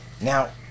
now